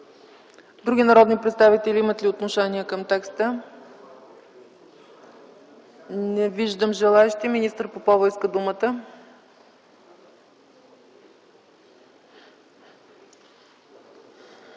Други народни представители имат ли отношение към текста? Не виждам желаещи. Министър Попова иска думата.